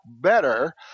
better